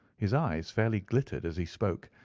his eyes fairly glittered as he spoke,